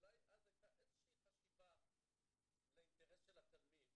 אולי אז הייתה איזושהי חשיבה לאינטרס של התלמיד